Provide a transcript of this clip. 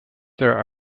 there